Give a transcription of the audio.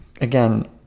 Again